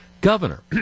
governor